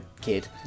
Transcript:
kid